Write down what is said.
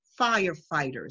firefighters